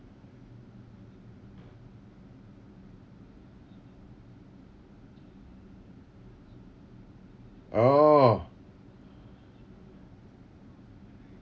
oh